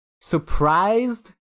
surprised